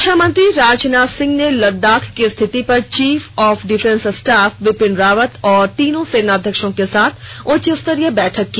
रक्षामंत्री राजनाथ सिंह ने लद्दाख की स्थिति पर chief of defence staff Bipin Rawat और तीनों सेनाध्यक्षों के साथ उच्चस्तरीय बैठक की